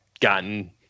gotten